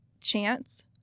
chance